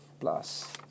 plus